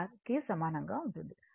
కి సమానంగా ఉంటుంది